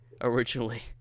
originally